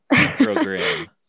program